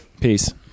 Peace